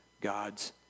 God's